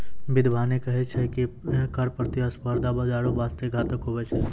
बिद्यबाने कही छै की कर प्रतिस्पर्धा बाजारो बासते घातक हुवै छै